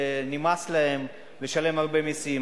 נמאס להם לשלם הרבה מסים,